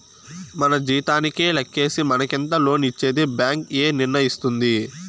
మన జీతానికే లెక్కేసి మనకెంత లోన్ ఇచ్చేది బ్యాంక్ ఏ నిర్ణయిస్తుంది